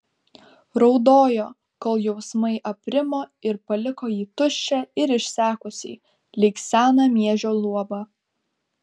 raudojo kol jausmai aprimo ir paliko jį tuščią ir išsekusį lyg seną miežio luobą